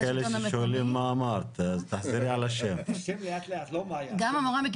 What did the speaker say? קודם כל,